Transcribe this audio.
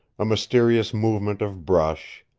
a mysterious movement of brush,